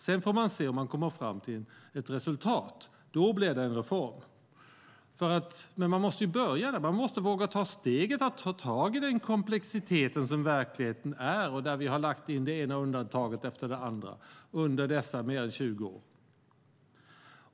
Sedan får man se om man kommer fram till ett resultat. Då blir det en reform. Men man måste börja, man måste våga ta steget och ta tag i den komplexitet som verkligheten är, där vi har lagt in det ena undantaget efter det andra under dessa mer än 20 år.